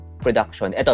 production